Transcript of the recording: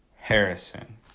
Harrison